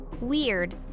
Weird